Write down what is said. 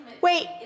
wait